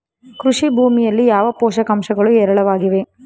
ಕೃಷಿ ಭೂಮಿಯಲ್ಲಿ ಯಾವ ಪೋಷಕಾಂಶಗಳು ಹೇರಳವಾಗಿವೆ?